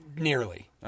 Nearly